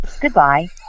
Goodbye